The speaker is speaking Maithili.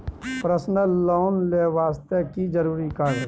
पर्सनल लोन ले वास्ते की जरुरी कागज?